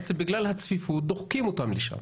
בעצם בגלל הצפיפות דוחקים אותם לשם.